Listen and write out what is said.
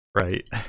Right